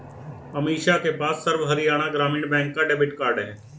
अमीषा के पास सर्व हरियाणा ग्रामीण बैंक का डेबिट कार्ड है